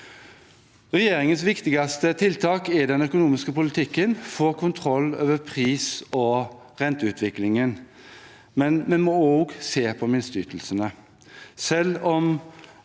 Regjeringens viktigste tiltak er den økonomiske politikken – å få kontroll over pris- og renteutviklingen – men vi må også se på minsteytelsene.